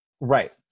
Right